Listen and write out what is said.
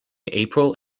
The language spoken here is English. april